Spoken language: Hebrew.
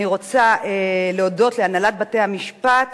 אני רוצה להודות להנהלת בתי-המשפט